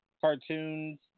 cartoons